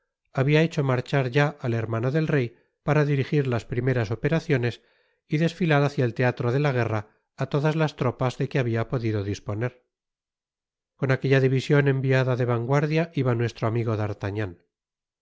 habia hecho marchar ya al hermano del rey para dirijir las primeras operaciones y desfilar hácia el teatro de la guerra á todas las tropas de que habia podida disponer con aquella division enviada de vanguardia iba nuestro amigo d'artagnan